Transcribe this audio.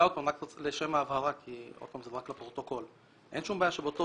רק לשם ההבהרה ורק לפרוטוקול, אין שום בעיה שבאותו